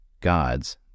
gods